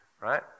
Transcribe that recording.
Right